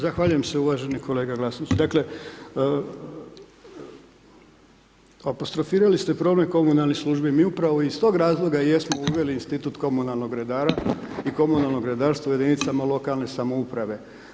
Zahvaljujem se uvaženi kolega Glasnović, dakle apostrofirali ste problem komunalnih službi, mi upravo iz tog razloga jesmo uveli institut komunalnog redara i komunalnog redarstva u jedinicama lokalne samouprave.